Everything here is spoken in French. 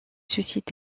suscite